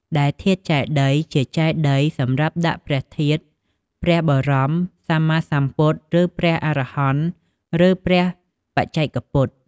ដែលធាតុចេតិយ ជាចេតិយសម្រាប់ដាក់ព្រះធាតុព្រះបរម សម្មាសម្ពុទ្ធ ឬ ព្រះអរហន្ត ឬ ព្រះបច្ចេកពុទ្ធ។